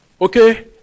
Okay